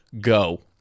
Go